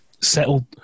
settled